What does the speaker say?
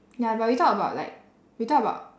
ya but we talk about like we talk about